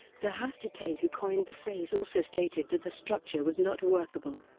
the hastert aide who coined the phrase also stated that the structure was not workable.